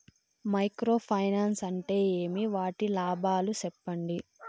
Micro finance అంటే ఏమి? వాటి లాభాలు సెప్పండి?